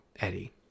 eddie